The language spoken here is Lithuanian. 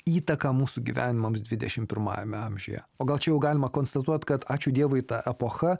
įtaką mūsų gyvenimams dvidešim pirmajame amžiuje o gal čia jau galima konstatuot kad ačiū dievui ta epocha